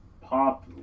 pop